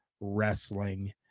Wrestling